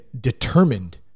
determined